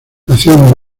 nació